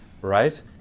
right